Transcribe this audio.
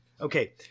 Okay